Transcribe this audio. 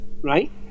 right